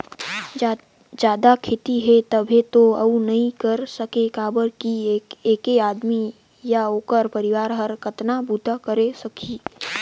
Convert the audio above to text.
जादा खेती हे तभे तो अउ नइ कर सके काबर कि ऐके आदमी य ओखर परवार हर कतना बूता करे सकही